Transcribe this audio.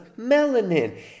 melanin